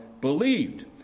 believed